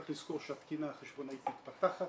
צריך לזכור שהתקינה החשבונאית מתפתחת,